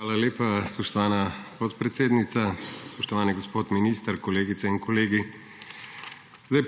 Hvala lepa, spoštovana podpredsednica. Spoštovani gospod minister, kolegice in kolegi!